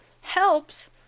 helps